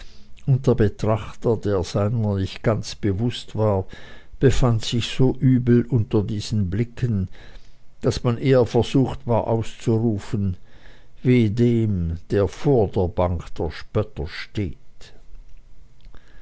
der betrachter der seiner nicht ganz bewußt war befand sich so übel unter diesen blicken daß man eher versucht war auszurufen weh dem der vor der bank der spötter steht